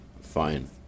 Fine